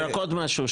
רק עוד משהו.